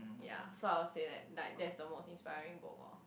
ya so I will say that like that's the most inspiring book lor